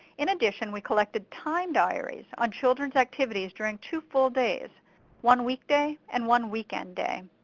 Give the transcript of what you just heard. in addition, we collected time diaries on childrens activities during two full days one weekday and one weekend day.